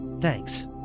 thanks